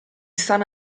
san